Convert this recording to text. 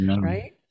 right